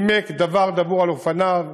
נימק, דבר דבור על אופניו,